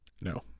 No